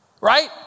right